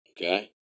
okay